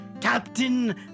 Captain